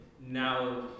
now